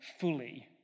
fully